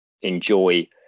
enjoy